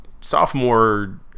sophomore